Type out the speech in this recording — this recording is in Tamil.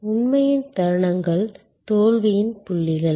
உண்மை உண்மையின் தருணங்களும் தோல்வியின் புள்ளிகள்